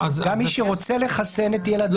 גם מי שרוצה לחסן את ילדיו,